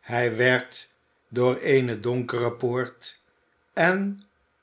hij werd door eene donkere poort en